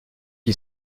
qui